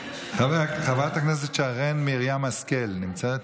חברת הכנסת שרן מרים השכל, נמצאת?